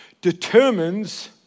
determines